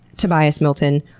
tobias milton,